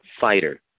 fighter